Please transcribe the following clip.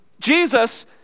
Jesus